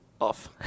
off